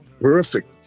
perfect